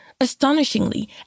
Astonishingly